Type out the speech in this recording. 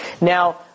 Now